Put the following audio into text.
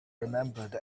remembered